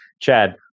Chad